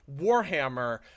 Warhammer